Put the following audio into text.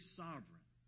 sovereign